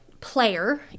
player